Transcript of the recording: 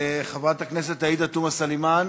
חברת הכנסת עאידה תומא סלימאן,